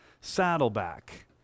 Saddleback